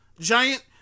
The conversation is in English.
giant